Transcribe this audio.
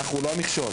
אנחנו לא המכשול.